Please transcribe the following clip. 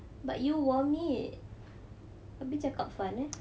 but you vomit tapi cakap fun ah